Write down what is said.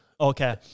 Okay